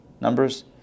Numbers